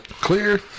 Clear